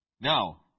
Now